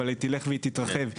שתלך ותתרחב,